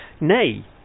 nay